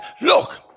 look